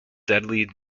deadly